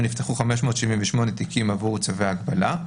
נפתחו 578 תיקים עבור צווי הגבלה.